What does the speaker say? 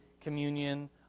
communion